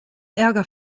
ärger